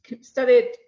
studied